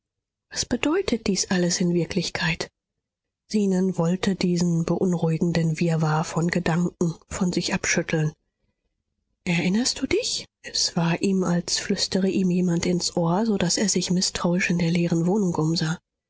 was bedeutet dies alles in wirklichkeit zenon wollte diesen beunruhigenden wirrwarr von gedanken von sich abschütteln erinnerst du dich es war ihm als flüstere ihm jemand ins ohr so daß er sich mißtrauisch in der leeren wohnung umsah